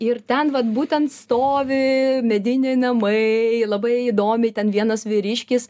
ir ten vat būtent stovi mediniai namai labai įdomi ten vienas vyriškis